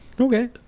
okay